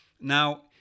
Now